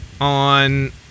on